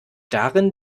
darin